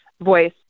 voice